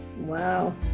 Wow